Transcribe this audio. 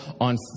on